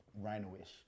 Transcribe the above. rhino-ish